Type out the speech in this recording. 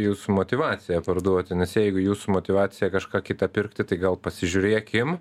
jūsų motyvacija parduoti nes jeigu jūsų motyvacija kažką kita pirkti tai gal pasižiūrėkim